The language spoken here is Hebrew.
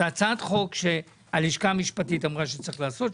זו הצעת חוק שהלשכה המשפטית אמרה שצריך לעשות,